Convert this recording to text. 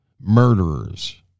murderers